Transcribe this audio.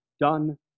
done